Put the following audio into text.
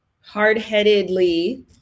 hard-headedly